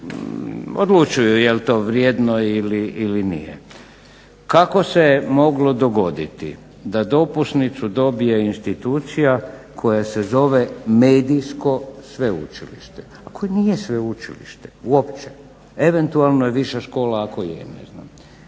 odlučuju jer to vrijedno ili nije. Kako se moglo dogoditi da dopusnicu dobije institucija koja se zove Medijsko sveučilište? To nije sveučilište, uopće. Eventualno je viša škola ako je – ne znam.